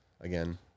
Again